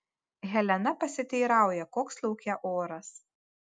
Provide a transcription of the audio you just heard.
helena pasiteirauja koks lauke oras